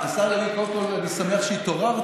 השר לוין, קודם כול, אני שמח שהתעוררת.